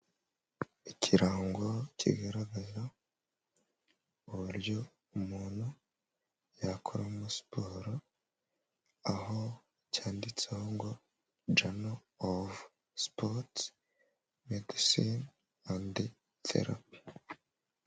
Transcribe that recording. Ikirango kigaragaza uburyo umuntu yakoramo siporo, aho cyanditseho ngo "Jounal of Sports Medicine and Therapy".